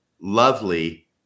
lovely